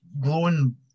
glowing